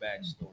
backstory